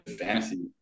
fantasy